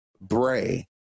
Bray